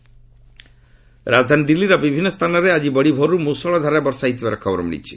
Delhi weather ରାଜଧାନୀ ଦିଲ୍ଲୀର ବିଭିନ୍ନ ସ୍ଥାନରେ ଆଜି ବଡ଼ିଭୋରୁ ମୂଷଳ ଧାରାରେ ବର୍ଷା ହୋଇଥିବାର ଖବର ମିଳିଛି